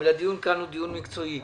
אבל הדיון כאן הוא דיון מקצועי.